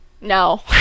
no